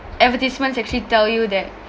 advertisements actually tell you that